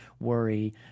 worry